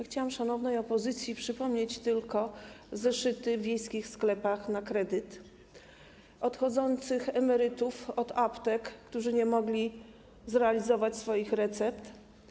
Chciałabym szanownej opozycji przypomnieć tylko zeszyty w wiejskich sklepach, zakupy na kredyt, odchodzących emerytów od aptek, którzy nie mogli zrealizować swoich recept.